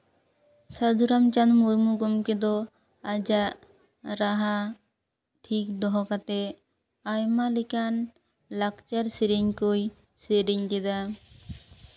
ᱥᱟᱹᱫᱷᱩ ᱨᱟᱢᱪᱟᱸᱫᱽ ᱢᱩᱨᱢᱩ ᱜᱚᱢᱠᱮ ᱫᱚ ᱟᱡᱟᱜ ᱨᱟᱦᱟ ᱴᱷᱤᱠ ᱫᱚᱦᱚ ᱠᱟᱛᱮᱜ ᱟᱭᱢᱟ ᱞᱮᱠᱟᱱ ᱞᱟᱠᱪᱟᱨ ᱥᱮᱨᱮᱧ ᱠᱚᱭ ᱥᱮᱨᱮᱧ ᱞᱮᱫᱟ